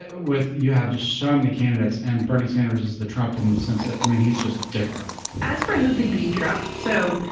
with you have just so many candidates. and bernie sanders is the trump in the sense that i mean, he's just different as for who could beat trump. so,